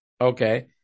okay